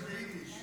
כנסת נכבדה,